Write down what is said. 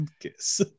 Guess